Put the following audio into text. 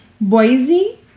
Boise